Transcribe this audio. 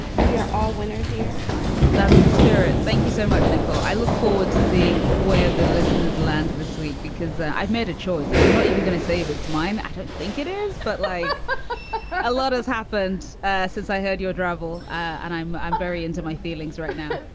we are all winners here that's the spirit. thank you so much, nicole. i look forward to seeing where the listeners landed this week because i've made a choice and i'm not even going to save it's mine. i don't think it is. but like a lot has happened since i heard your drivel. and i'm i'm very into my feelings right now.